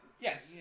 yes